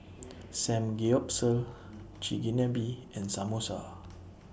Samgeyopsal Chigenabe and Samosa